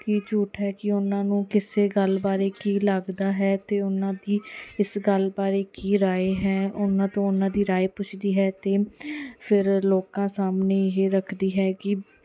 ਕੀ ਝੂਠ ਹੈ ਕਿ ਉਹਨਾਂ ਨੂੰ ਕਿਸੇ ਗੱਲ ਬਾਰੇ ਕੀ ਲੱਗਦਾ ਹੈ ਅਤੇ ਉਹਨਾਂ ਦੀ ਇਸ ਗੱਲ ਬਾਰੇ ਕੀ ਰਾਏ ਹੈ ਉਹਨਾਂ ਤੋਂ ਉਹਨਾਂ ਦੀ ਰਾਏ ਪੁੱਛਦੀ ਹੈ ਅਤੇ ਫਿਰ ਲੋਕਾਂ ਸਾਹਮਣੇ ਇਹ ਰੱਖਦੀ ਹੈ ਕਿ